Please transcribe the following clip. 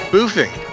Boofing